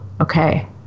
okay